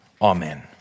Amen